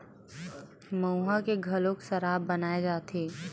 मउहा के घलोक सराब बनाए जाथे